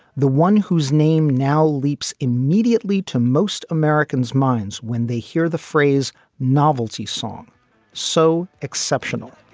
the one whose name now leaps immediately to most americans minds when they hear the phrase novelty song so exceptional,